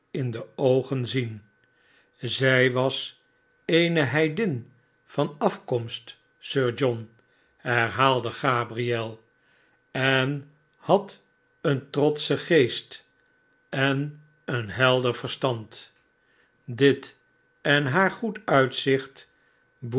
in de oogen zien zij was eene heidin van afkomst sir john herhaalde gabriel en had een trotschen geest en een helder verstand dit en haar goed uitzicht